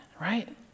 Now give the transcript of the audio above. right